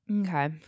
Okay